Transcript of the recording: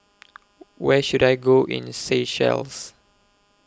Where should I Go in Seychelles